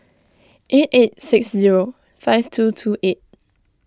eight eight six zero five two two eight